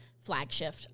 flagship